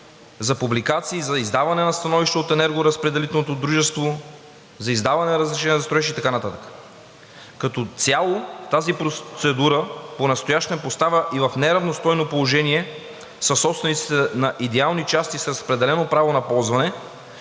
за публикации, за издаване на становище от енергоразпределителното дружество, за издаване на разрешение за строеж и така нататък. Като цяло тази процедура понастоящем поставя и в неравностойно положение съсобствениците на идеални части с разпределено право на ползване